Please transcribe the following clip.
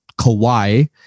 Kawhi